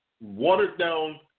watered-down